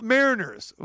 Mariners